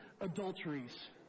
adulteries